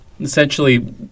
Essentially